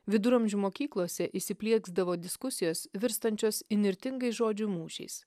viduramžių mokyklose įsiplieksdavo diskusijos virstančios įnirtingais žodžių mūšiais